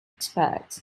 expect